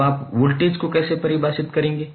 अब आप वोल्टेज को कैसे परिभाषित करेंगे